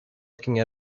looking